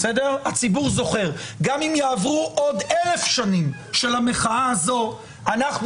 גם אם יעברו עוד 1,000 שנים של המחאה הזו לא